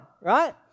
Right